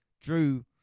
Drew